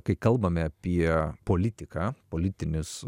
kai kalbame apie politiką politinius